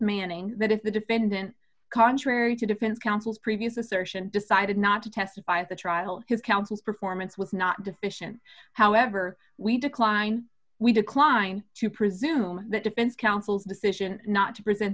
manning that if the defendant contrary to defense counsel previous assertion decided not to testify at the trial his counsel performance was not deficient however we decline we decline to presume that defense counsel's decision not to present